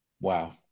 Wow